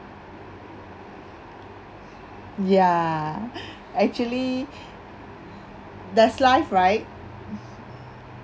ya actually that's life right